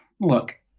Look